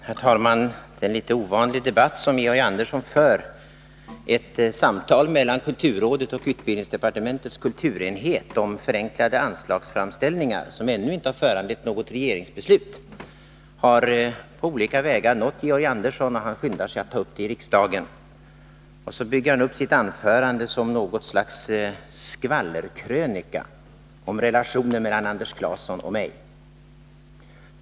Herr talman! Det är en litet ovanlig debatt som Georg Andersson för. Ett samtal mellan kulturrådet och utbildningsdepartementets kulturenhet om förenklade anslagsframställningar — som ännu inte har föranlett något regeringsbeslut — har på olika vägar nått Georg Andersson, och han skyndar sigatt ta upp det i riksdagen. Och så bygger han upp sitt anförande som något slags skvallerkrönika om relationer mellan Anders Clason och mig.